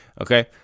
Okay